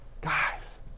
Guys